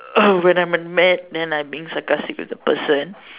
oh when I am in mad then I being sarcastic with the person